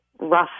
rough